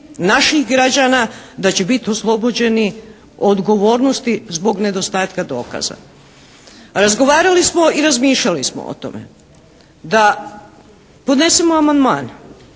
naših građana, da će biti oslobođeni odgovornosti zbog nedostatka dokaza. Razgovarali smo i razmišljali smo o tome da podnesemo amandman.